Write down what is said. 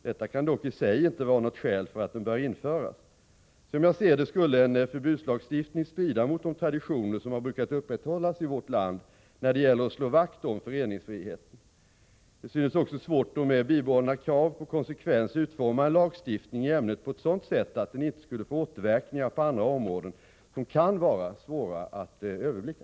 Detta kan dock i sig inte vara något skäl för att den bör införas. Som jag ser det skulle en förbudslagstiftning strida mot de traditioner som har brukat upprätthållas i vårt land när det gäller att slå vakt om föreningsfriheten. Det synes också svårt att med bibehållna krav på konsekvens utforma en lagstiftning i ämnet på ett sådant sätt att den inte skulle få återverkningar på andra områden som kan vara svåra att överblicka.